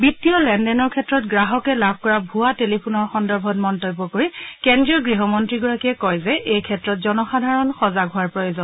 বিত্তীয় লেনদেনৰ ক্ষেত্ৰত গ্ৰাহকে লাভ কৰা ভূৱা টেলিফোনৰ সন্দৰ্ভত মন্তব্য কৰি কেন্দ্ৰীয় গৃহমন্ৰীগৰাকীয়ে কয় যে এই ক্ষেত্ৰত জনসাধাৰণ সজাগ হোৱাৰ প্ৰয়োজন